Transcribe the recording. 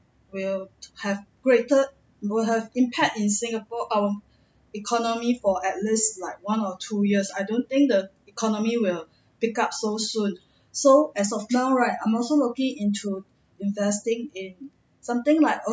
will have greater will have impact in singapore our economy for at least like one or two years I don't think the economy will pick up so soon so as of now right I'm also looking into investing in something like